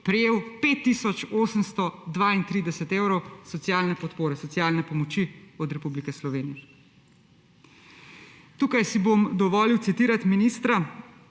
tisoč 832 evrov socialne podpore, socialne pomoči od Republike Slovenije. Tukaj si bom dovolil citirati ministra